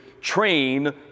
train